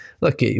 look